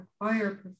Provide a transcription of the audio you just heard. require